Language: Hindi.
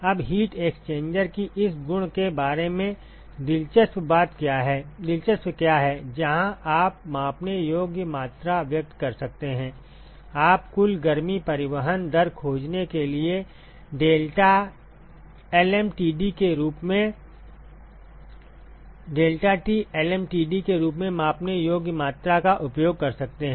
अब हीट एक्सचेंजर की इस गुण के बारे में दिलचस्प क्या है जहां आप मापने योग्य मात्रा व्यक्त कर सकते हैं आप कुल गर्मी परिवहन दर खोजने के लिए deltaTlmtd के रूप में मापने योग्य मात्रा का उपयोग कर सकते हैं